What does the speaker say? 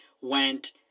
went